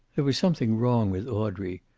there was something wrong with audrey.